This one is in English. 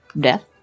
death